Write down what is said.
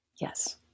Yes